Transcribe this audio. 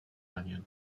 raněn